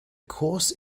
course